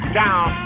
down